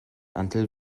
until